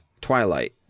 twilight